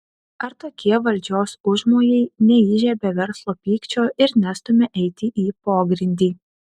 ar tokie valdžios užmojai neįžiebia verslo pykčio ir nestumia eiti į pogrindį